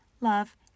love